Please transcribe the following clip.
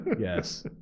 Yes